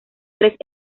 tres